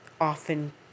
often